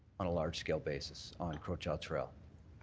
on a large-scale basis, on crowchild trail.